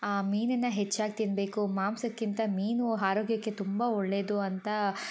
ಮೀನನ್ನು ಹೆಚ್ಚಾಗಿ ತಿನ್ನಬೇಕು ಮಾಂಸಕ್ಕಿಂತ ಮೀನು ಆರೋಗ್ಯಕ್ಕೆ ತುಂಬ ಒಳ್ಳೆಯದು ಅಂತ